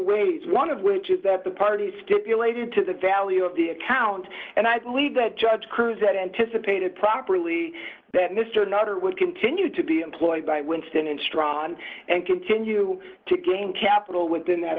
ways one of which is that the parties stipulated to the value of the account and i believe that judge heard that anticipated properly that mr nutter would continue to be employed by winston and strawn and continue to gain capital within that